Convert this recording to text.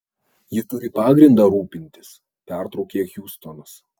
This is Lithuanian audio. ji turi pagrindą rūpintis pertraukė hjustonas